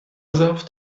saft